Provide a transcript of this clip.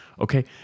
okay